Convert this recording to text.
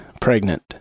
pregnant